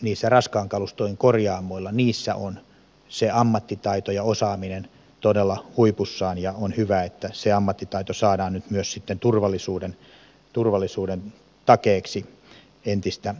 niissä raskaan kalustojen korjaamoissa on se ammattitaito ja osaaminen todella huipussaan ja on hyvä että se ammattitaito saadaan nyt myös sitten turvallisuuden takeeksi entistä enemmän